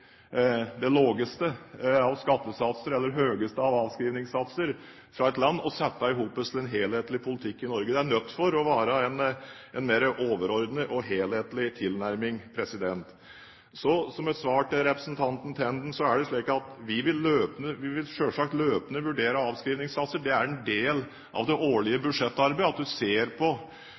av skattesatser eller høyeste av avskrivningssatser fra et land og sette det sammen til en helhetlig politikk i Norge. Det er nødt til å være en mer overordnet og helhetlig tilnærming. Så som et svar til representanten Tenden: Vi vil selvsagt løpende vurdere avskrivningssatser. Det er en del av det årlige budsjettarbeidet at man ser på